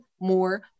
more